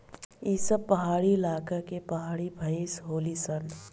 ई सब पहाड़ी इलाका के पहाड़ी भईस होली सन